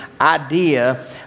idea